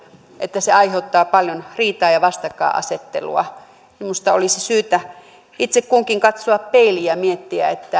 että se aiheuttaa paljon riitaa ja vastakkainasettelua minusta olisi syytä itse kunkin katsoa peiliin ja miettiä